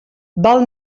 val